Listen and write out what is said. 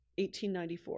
1894